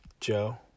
Joe